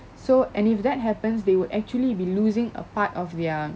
so and if that happens they would actually be losing a part of their